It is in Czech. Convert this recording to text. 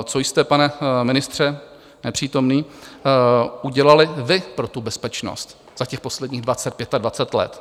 Co jste, pane ministře nepřítomný, udělali vy pro bezpečnost za posledních dvacet, pětadvacet let?